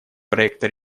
проекта